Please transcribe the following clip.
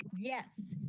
yes,